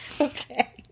Okay